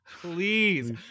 Please